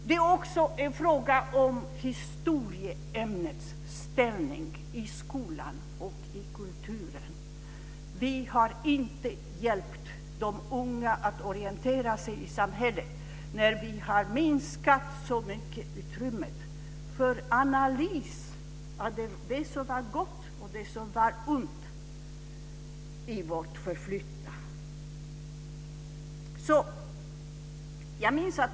Det är också en fråga om historieämnets ställning i skolan och i kulturen. Vi har inte hjälpt de unga att orientera sig i samhället när vi har minskat så mycket på utrymmet för analys av det som var gott och det som var ont i vårt förflutna.